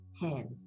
hand